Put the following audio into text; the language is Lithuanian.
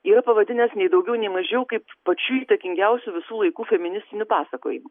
yra pavadinęs nei daugiau nei mažiau kaip pačiu įtakingiausiu visų laikų feministiniu pasakojimu